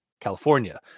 California